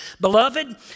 Beloved